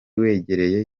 wegereye